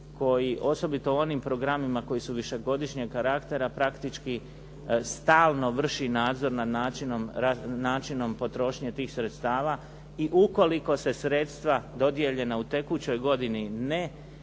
Koji osobito u onim programima koji su višegodišnjeg karaktera praktički stalno vrši nadzor nad načinom potrošnje tih sredstava. I ukoliko se sredstva dodijeljena u tekućoj godini ne realizaciju